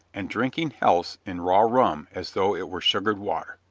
and drinking healths in raw rum as though it were sugared water.